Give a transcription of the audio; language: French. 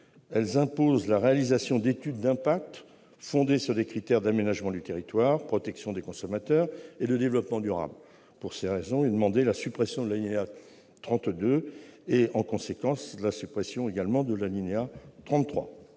elles imposent la réalisation d'études d'impact fondées sur des critères d'aménagement du territoire, de protection des consommateurs et de développement durable. Pour ces raisons, nous demandons la suppression de l'alinéa 32 et, en conséquence, de l'alinéa 33